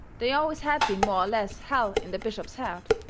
they always had been more or less hell in the bishop's heart.